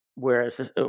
Whereas